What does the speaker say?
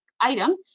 item